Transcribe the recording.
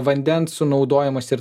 vandens sunaudojimas ir